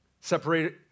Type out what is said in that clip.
Separate